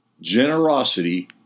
Generosity